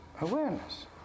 awareness